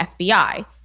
FBI